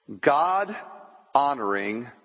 God-honoring